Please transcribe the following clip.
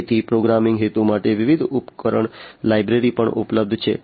તેથી પ્રોગ્રામિંગ હેતુ માટે વિવિધ ઉપકરણ લાઇબ્રેરિ પણ ઉપલબ્ધ છે